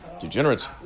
Degenerates